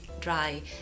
dry